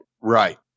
Right